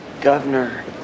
governor